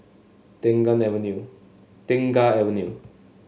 Tengah Avenue Tengah Avenue